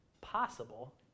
possible